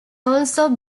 also